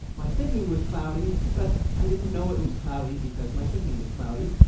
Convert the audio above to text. my thinking was cloudy, but i didn't know it was cloudy because my thinking was cloudy.